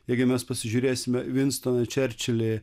jeigu mes pasižiūrėsime vinstoną čerčilį